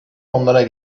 onlara